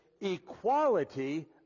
equality